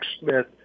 Smith